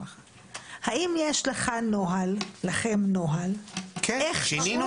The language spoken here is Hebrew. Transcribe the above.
האם יש לכם נוהל --- כן, שינינו את הנוהל.